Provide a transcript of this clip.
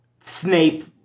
Snape